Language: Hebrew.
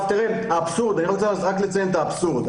אני רוצה לציין את האבסורד.